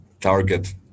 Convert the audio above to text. target